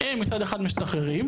הם מצד אחד משתחררים,